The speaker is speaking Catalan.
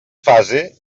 fase